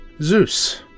Zeus